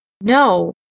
No